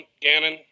Gannon